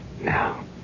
Now